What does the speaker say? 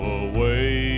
away